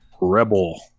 Rebel